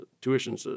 tuition